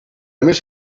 més